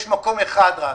יש מקום אחד רק.